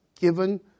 given